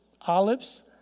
olives